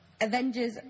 Avengers